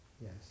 Yes